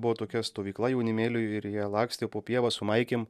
buvo tokia stovykla jaunimėliui ir jie lakstė po pievą su maikėm